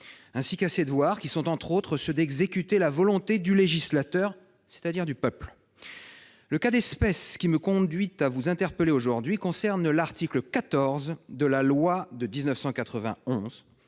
échapper à ses devoirs, qui sont, entre autres, d'exécuter la volonté du législateur, c'est-à-dire du peuple. Le cas d'espèce qui me conduit à vous interpeller aujourd'hui concerne l'article 14 de la loi du 26